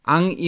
Ang